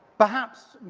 perhaps,